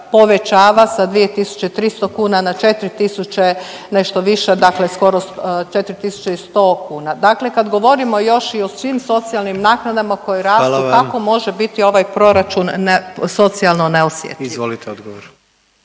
povećava sa 2300 kuna na 4000 nešto više, dakle skoro 4100 kuna. Dakle, kad govorimo još i o svim socijalnim naknadama koje rastu kako može biti … …/Upadica predsjednik: Hvala vam./…